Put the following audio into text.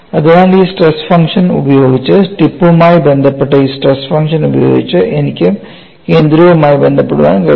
അതിനാൽ ഈ stress function ഉപയോഗിച്ച് ടിപ്പുമായി ബന്ധപ്പെട്ട് ഈ സ്ട്രെസ് ഫംഗ്ഷൻ ഉപയോഗിച്ച് എനിക്ക് കേന്ദ്രവുമായി ബന്ധപ്പെടാൻ കഴിയും